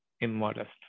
immodest